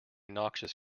noxious